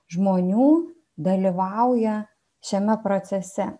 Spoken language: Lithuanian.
žmonių dalyvauja šiame procese